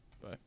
Bye